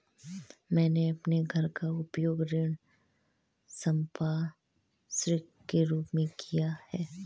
मैंने अपने घर का उपयोग ऋण संपार्श्विक के रूप में किया है